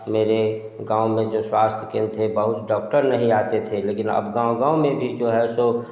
मेरे गाँव में जो स्वास्थ्य केंद्र थे बहुत डॉक्टर नहीं आते थे लेकिन अब गाँव गाँव में भी जो है सो